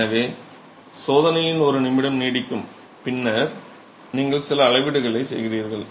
எனவே சோதனை ஒரு நிமிடம் நீடிக்கும் பின்னர் நீங்கள் சில அளவீடுகளை செய்கிறீர்கள்